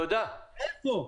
איפה?